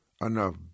Enough